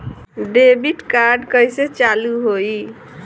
Debit card कइसे चालू होई?